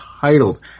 titled